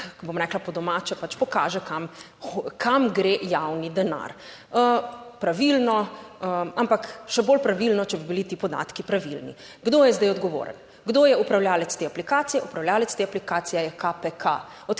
bom rekla po domače, pač pokaže kam, kam gre javni denar. Pravilno, ampak še bolj pravilno, če bi bili ti podatki pravilni. Kdo je zdaj odgovoren, kdo je upravljavec te aplikacije, upravljavec te aplikacije je KPK.